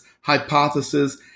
hypothesis